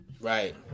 right